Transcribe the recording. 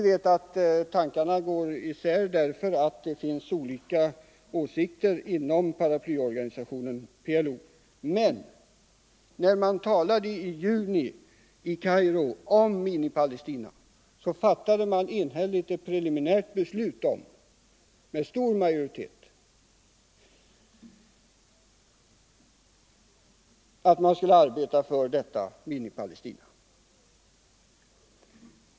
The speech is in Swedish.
Uppfattningarna går isär därför att det finns olika åsikter inom paraplyorganisationen PLO. Men när man i juni i år i Kairo talade om Minipalestina fattade man med stor majoritet ett preliminärt beslut att arbeta för detta Minipalestina.